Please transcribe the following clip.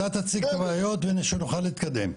אתה תציג את הבעיות כדי שנוכל להתקדם.